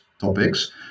topics